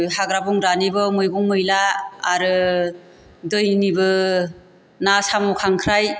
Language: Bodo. हाग्रा बंग्रानिबो मैगं मैला आरो दैनिबो ना साम' खांख्राय